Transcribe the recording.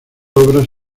obras